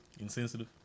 Insensitive